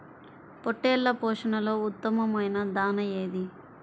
పొట్టెళ్ల పోషణలో ఉత్తమమైన దాణా ఏది?